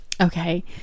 okay